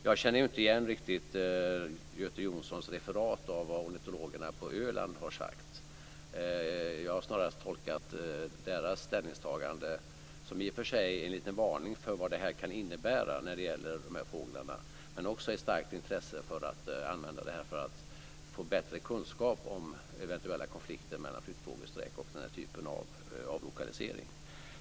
Jag känner inte riktigt igen Göte Jonssons referat av vad ornitologerna på Öland har sagt. Jag har snarast tolkat deras ställningstagande som i och för sig en liten varning för vad det kan innebära för de här fåglarna. Men det finns också ett starkt intresse för att använda det här för att få bättre kunskap om eventuella konflikter mellan flyttfågelsträck och den här typen av lokalisering.